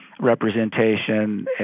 Representation